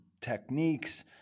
techniques